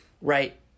right